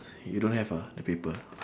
you don't have ah the paper